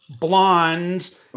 blonde